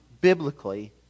biblically